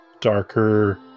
darker